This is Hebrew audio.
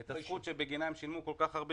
את הזכות בגינה הם שילמו כל כך הרבה